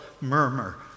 murmur